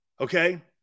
Okay